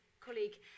colleague